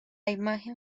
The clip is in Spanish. imagen